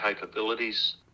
capabilities